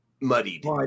muddied